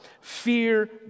Fear